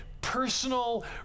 personal